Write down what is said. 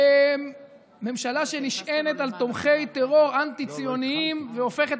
ממשלה שנשענת על תומכי טרור אנטי-ציונים והופכת